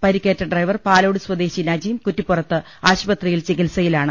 പരിക്കേറ്റ ഡ്രൈവർ പാലോട് സ്വദേശി നജീം കുറ്റിപ്പുറത്ത് ആശുപത്രിയിൽ ചികിത്സയിലാണ്